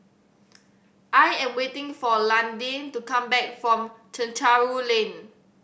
I am waiting for Londyn to come back from Chencharu Lane